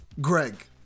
Greg